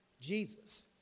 Jesus